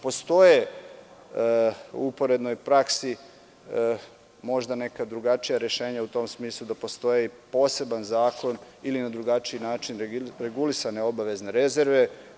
Postoje u uporednoj praksi možda neka drugačija rešenja u tom smislu da postoji poseban zakon ili na drugačiji način regulisanje obavezne rezerve.